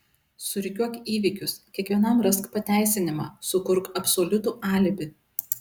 surikiuok įvykius kiekvienam rask pateisinimą sukurk absoliutų alibi